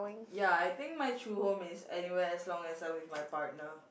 ya I think my true home is anywhere as long as I'm with my partner